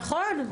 נכון.